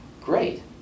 great